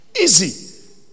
Easy